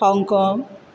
Hong Kong